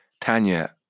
Tanya